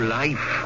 life